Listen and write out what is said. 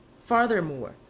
Furthermore